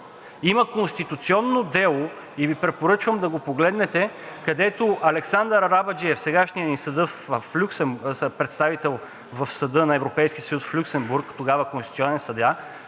Има конституционно дело и Ви препоръчвам да погледнете, където Александър Арабаджиев – сегашният ни представител в Съда на Европейския съюз в Люксембург, тогава конституционен съдия,